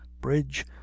bridge